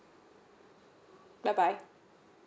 bye bye